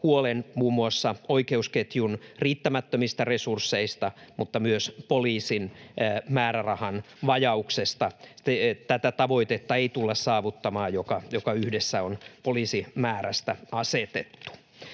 huolen muun muassa oikeusketjun riittämättömistä resursseista, mutta myös poliisin määrärahan vajauksesta. Tätä tavoitetta, joka yhdessä on poliisimäärästä asetettu,